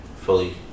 fully